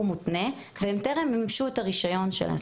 מותנה והם טרם מימשו את הרישיון שלהם,